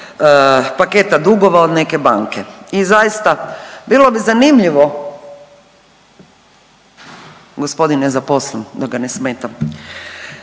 paketa dugova od neke banke. I zaista bilo bi zanimljivo, gospodin je zaposlen da ga ne smetam,